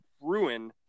ruin